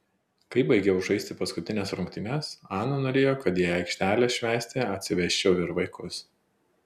kai baigiau žaisti paskutines rungtynes ana norėjo kad į aikštelę švęsti atsivesčiau ir vaikus